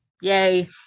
Yay